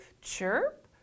Chirp